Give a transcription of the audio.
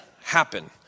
happen